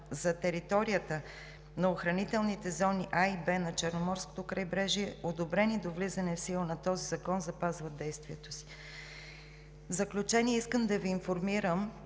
за територията на охранителните зони А и Б на Черноморското крайбрежие, одобрени до влизане в сила на този закон, запазват действието си. В заключение, искам да Ви информирам